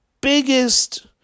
biggest